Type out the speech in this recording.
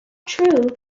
true